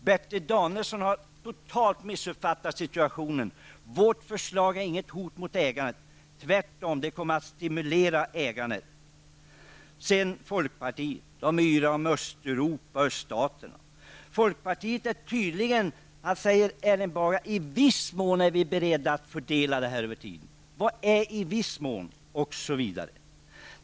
Bertil Danielsson har totalt missuppfattat situationen. Vårt förslag är inget hot mot ägandet, det kommer tvärtom stimulera ägandet. Folkpartiet yrar om Östeuropa och öststaterna. Erling Bager säger att man i folkpartiet i viss mån är beredda att fördela över tiden. Vad är ''i viss mån'', osv.?